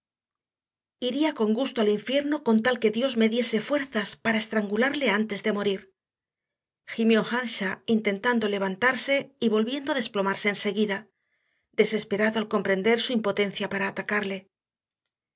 iría con gusto al infierno con tal que dios me diese fuerzas para estrangularle antes de morir gimió earnshaw intentando levantarse y volviendo a desplomarse enseguida desesperado al comprender su impotencia para atacarle